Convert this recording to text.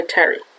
Terry